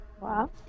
Wow